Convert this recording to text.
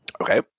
Okay